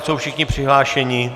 Jsou všichni přihlášeni?